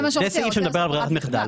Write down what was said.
זה סעיף שמדבר על ברירת מחדל,